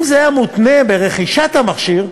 אם זה היה מותנה ברכישת המכשיר,